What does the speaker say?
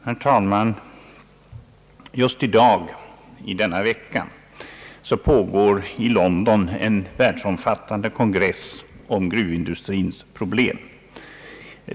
Herr talman! Just denna vecka pågår i London en världsomfattande kongress om gruvindustrins problem.